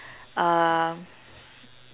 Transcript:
uh